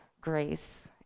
grace